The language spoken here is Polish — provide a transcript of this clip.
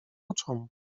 oczom